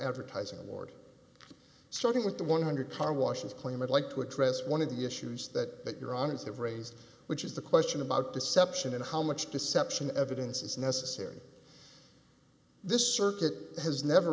advertising award starting with the one hundred car washes claim i'd like to address one of the issues that you're on is that raise which is the question about deception and how much deception evidence is necessary this circuit has never